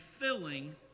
filling